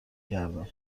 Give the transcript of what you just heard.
کردم